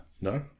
No